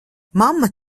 mamma